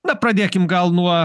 na pradėkim gal nuo